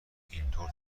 اینطور